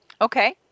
Okay